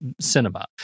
cinema